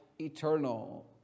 eternal